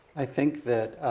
i think that